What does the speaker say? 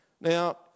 Now